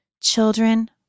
Children